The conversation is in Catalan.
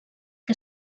que